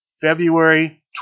February